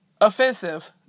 offensive